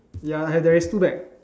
ya and there is two bag